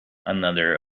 another